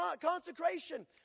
consecration